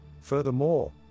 Furthermore